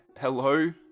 Hello